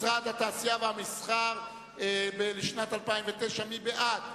משרד התעשייה והמסחר לשנת 2009. מי בעד?